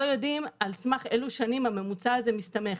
יודעים על סמך אלו שנים הממוצע הזה מסתמך.